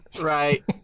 Right